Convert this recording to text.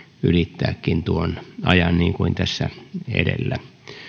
ylittääkin tuon ajan niin kuin tässä edellä